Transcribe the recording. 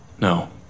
No